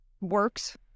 works